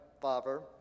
father